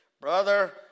Brother